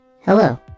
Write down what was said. Hello